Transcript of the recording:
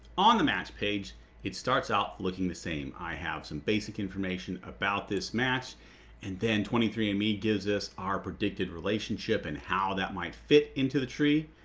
on the match page it starts out looking the same i have some basic information about this match and then twenty three and andme gives us our predicted relationship and how that might fit into the tree,